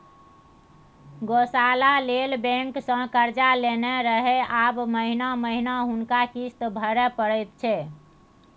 गौशाला लेल बैंकसँ कर्जा लेने रहय आब महिना महिना हुनका किस्त भरय परैत छै